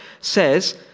says